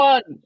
One